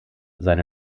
seine